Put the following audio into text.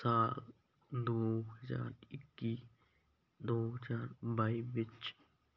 ਸਾਲ ਦੋ ਹਜ਼ਾਰ ਇੱਕੀ ਦੋ ਹਜ਼ਾਰ ਬਾਈ ਵਿੱਚ